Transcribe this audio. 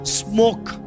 smoke